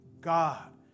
God